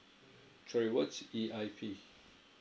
sorry what's E_I_P